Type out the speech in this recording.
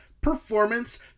performance